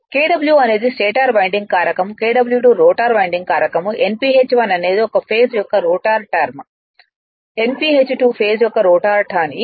Kw1 అనేది stator winding కారకం Kw2 rotor winding కారకం Nph1 అనేది ఒక ఫేస్ యొక్క రోటర్ టర్న్స్ Nph2 ఫేస్ యొక్క రోటర్ టర్న్స్